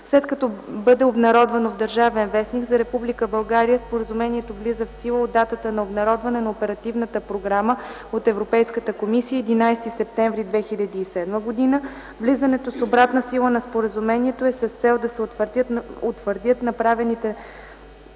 След като бъде обнародвано в „Държавен вестник”, за Република България споразумението влиза в сила от датата на обнародване на Оперативната програма от Европейската комисия – 11 септември 2007 г. Влизането с обратна сила на споразумението е с цел да се утвърдят направените